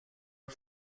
are